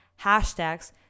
hashtags